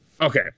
Okay